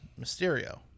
Mysterio